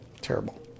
terrible